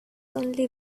only